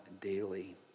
daily